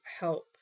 help